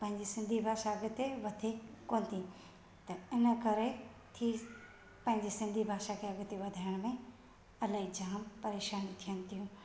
पंहिंजी सिंधी भाषा अॻिते वधे कोन्ह थी ऐं इन करे थी पंहिंजे सिंधी भाषा खे अॻिते वधाइण में इलाहीं जाम परेशानी थियनि थियूं